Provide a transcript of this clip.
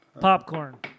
popcorn